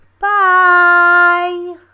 Bye